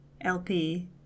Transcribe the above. LP